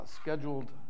scheduled